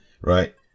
right